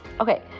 Okay